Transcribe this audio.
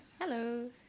Hello